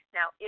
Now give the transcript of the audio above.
Now